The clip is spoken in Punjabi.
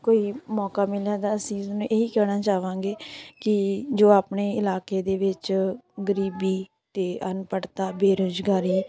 ਕੋਈ ਮੌਕਾ ਮਿਲਿਆ ਤਾਂ ਅਸੀਂ ਉਸਨੂੰ ਇਹ ਹੀ ਕਹਿਣਾ ਚਾਹਵਾਂਗੇ ਕਿ ਜੋ ਆਪਣੇ ਇਲਾਕੇ ਦੇ ਵਿੱਚ ਗਰੀਬੀ ਅਤੇ ਅਨਪੜ੍ਹਤਾ ਬੇਰੁਜ਼ਗਾਰੀ